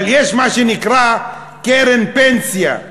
אבל יש מה שנקרא קרן פנסיה.